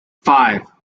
five